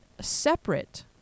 separate